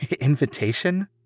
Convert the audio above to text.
Invitation